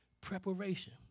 Preparation